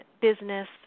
business